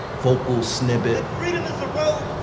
vocal snippet freedom is the rule